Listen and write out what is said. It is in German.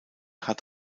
hat